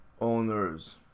owners